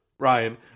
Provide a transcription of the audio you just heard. Ryan